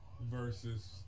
versus